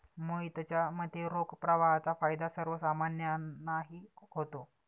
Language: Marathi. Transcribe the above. मोहितच्या मते, रोख प्रवाहाचा फायदा सर्वसामान्यांनाही होतो